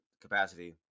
capacity